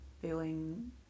feeling